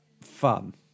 fun